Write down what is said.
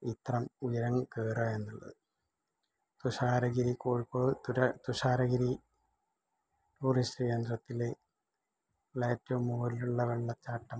ഇത്രം ഉയരം കയറുക എന്നുള്ളത് തുഷാരഗിരി കോഴിക്കോട് തുര തുഷാരഗിരി ടൂറിസ്റ്റ് കേന്ദ്രത്തില് ഉള്ള ഏറ്റവും മുകളിലുള്ള വെള്ളച്ചാട്ടം